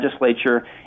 legislature